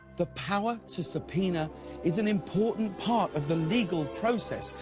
the power to subpoena is an important part of the legal process,